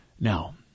Now